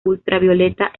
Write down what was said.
ultravioleta